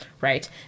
right